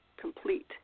complete